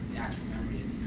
actual memory